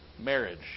marriage